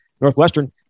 Northwestern